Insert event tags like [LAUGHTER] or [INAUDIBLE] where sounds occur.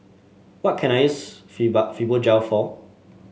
what can I use [UNINTELLIGIBLE] Fibogel for